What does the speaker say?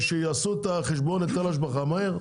שיעשו את חשבון היטל ההשבחה מהר.